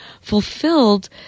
fulfilled